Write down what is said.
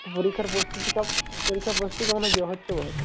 তো পরীক্ষার প্রস্তুতি পরীক্ষার প্রস্তুতি কেমন হয়েছে হচ্ছে বল